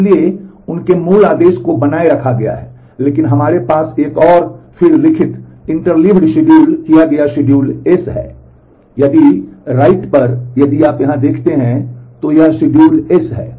इसलिए उनके मूल आदेश को बनाए रखा गया है लेकिन हमारे पास एक और फिर लिखित शेड्यूल किया गया शेड्यूल S है यदि write पर यदि आप यहां यहां देखतें हैं तो यह शेड्यूल एस है